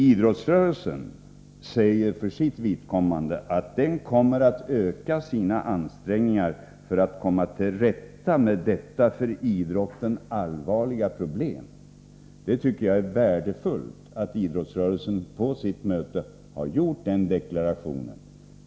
Idrottsrörelsen säger för sitt vidkommande att den kommer att öka sina ansträngningar för att komma till rätta med detta för idrotten allvarliga problem. Jag tycker att det är värdefullt attidrottsrörelsen på sitt möte har gjort den deklarationen.